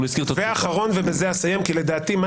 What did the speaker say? אבל הוא הזכיר את התקופה.